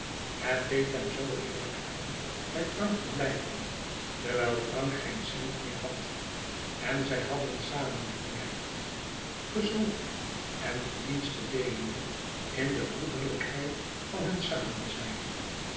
het deed hem zoo heerlijk aan bij frank te blijven terwijl frank geen cent meer had en zij hadden samen gewerkt gezwoeg en verdienste deelende in de broederlijkheid van hun samenzijn